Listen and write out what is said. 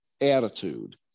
attitude